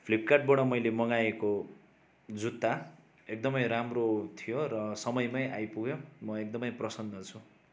फ्लिपकार्टबाट मैले मगाएको जुत्ता एकदमै राम्रो थियो र समयमै आइपुग्यो म एकदमै प्रसन्न छु